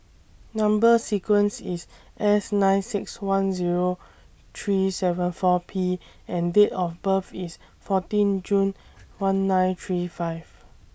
Number sequence IS S nine six one Zero three seven four P and Date of birth IS fourteen June one nine three five